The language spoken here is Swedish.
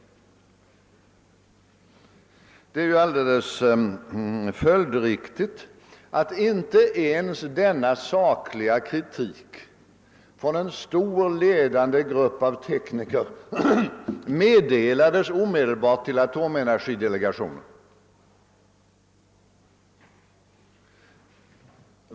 Det är alldeles följdriktigt att inte ens denna sakliga kritik från en ledande grupp av tekniker omedelbart meddelades till atomdelegationen.